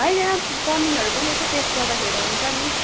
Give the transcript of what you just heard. होइन चाउमिनहरू पनि यसो टेस्ट गर्दाखेरि त हुन्छ नि